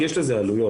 כי יש לזה עלויות.